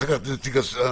אחר כך את נציג הסנגוריה.